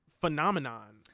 phenomenon